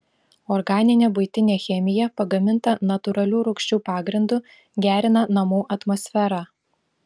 organinė buitinė chemija pagaminta natūralių rūgščių pagrindu gerina namų atmosferą